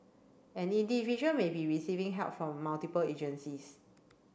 an individual may be receiving help from multiple agencies